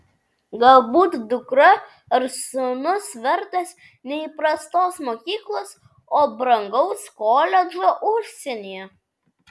galbūt dukra ar sūnus vertas ne įprastos mokyklos o brangaus koledžo užsienyje